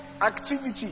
activity